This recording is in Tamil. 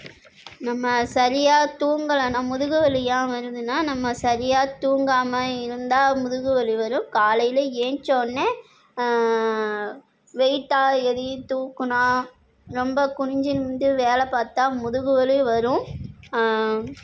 நம்ம சரியாக தூங்கலனா முதுகுவலி ஏன் வருதுனா நம்ம சரியாக தூங்காமல் இருந்தால் முதுகு வலி வரும் காலையில் ஏழுஞ்சோன்னே வெயிட்டாக எதையும் தூக்கினா ரொம்ப குனிஞ்சி நிமிந்து வேலை பார்த்தா முதுகு வலி வரும்